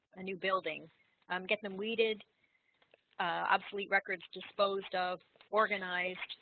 ah new building um get them weeded obsolete records disposed of organized